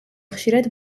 ხშირად